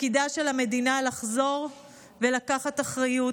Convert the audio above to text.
תפקידה של המדינה לחזור ולקחת אחריות,